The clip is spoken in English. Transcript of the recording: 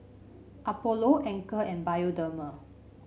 Apollo Anchor and Bioderma